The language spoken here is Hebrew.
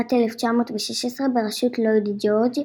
משנת 1916 בראשות לויד ג'ורג',